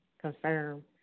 confirm